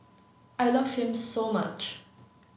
I love him so much